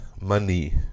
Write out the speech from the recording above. money